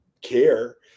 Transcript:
care